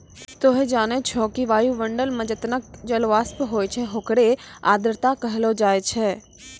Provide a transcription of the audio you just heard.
तोहं जानै छौ कि वायुमंडल मं जतना जलवाष्प होय छै होकरे आर्द्रता कहलो जाय छै